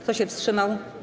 Kto się wstrzymał?